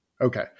Okay